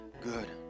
good